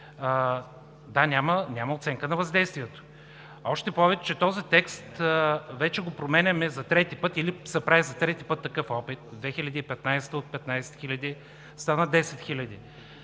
Да, няма оценка на въздействието. Още повече, че този текст вече го променяме за трети път или се прави за трети път такъв опит – 2015 т., от 15 хиляди стана 10 хиляди.